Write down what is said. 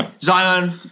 Zion